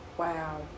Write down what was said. wow